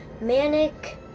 manic